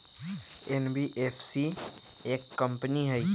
NBFC एक company हई?